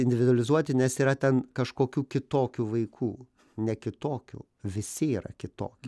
individualizuoti nes yra ten kažkokių kitokių vaikų ne kitokių visi yra kitoki